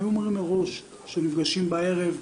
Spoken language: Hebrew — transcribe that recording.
היו אומרים מראש שנפגשים בערב.